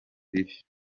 bibi